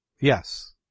Yes